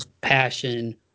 passion